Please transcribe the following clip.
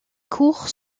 courses